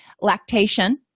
lactation